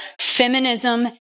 Feminism